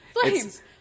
Flames